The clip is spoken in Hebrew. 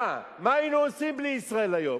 מה היינו עושים בלי "ישראל היום"?